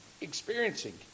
experiencing